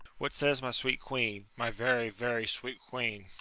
what says my sweet queen, my very very sweet queen?